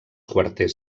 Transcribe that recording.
quarters